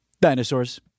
dinosaurs